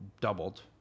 doubled